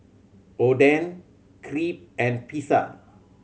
Oden Crepe and Pizza